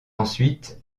ensuite